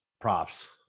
props